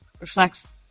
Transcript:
reflects